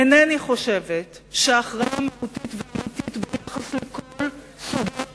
אינני חושבת שהכרעה מהותית ואמיתית ביחס לכל סוגיות